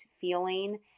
feeling